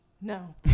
no